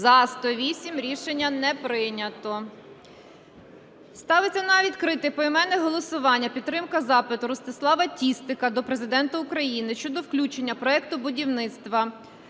За-108 Рішення не прийнято. Ставиться на відкрите поіменне голосування підтримка запиту Ростислава Тістика до Президента України щодо включення проекту будівництва